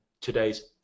today's